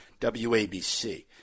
WABC